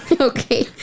Okay